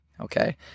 Okay